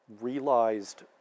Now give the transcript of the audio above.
realized